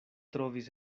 trovis